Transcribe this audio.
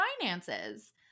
finances